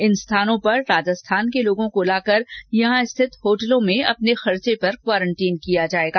इन स्थानों पर राजस्थान के लोगों को लाकर यहां स्थित होटलों में अपने खर्चे पर क्वारंटीन किया जाएगा